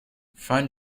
find